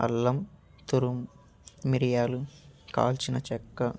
అల్లం తురుము మిరియాలు కాల్చిన చెక్క